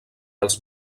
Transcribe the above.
els